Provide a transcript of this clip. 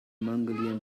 mongolian